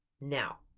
Now